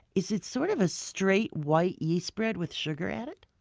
is it sort of a straight white yeast bread with sugar added?